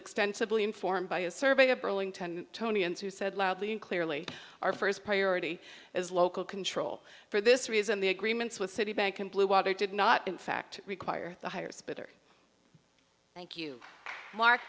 extensively informed by a survey of burlington tony and who said loudly and clearly our first priority is local control for this reason the agreements with citibank and bluewater did not in fact require the higher spitter thank you mark